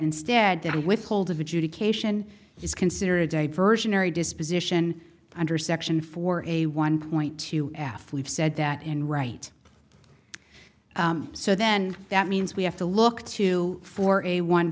instead the withhold of adjudication is considered a diversionary disposition under section four a one point two athletes said that in right so then that means we have to look to for a one